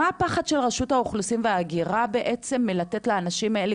מה הפחד של רשות האוכלוסין וההגירה בעצם לתת לאנשים האלה,